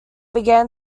begin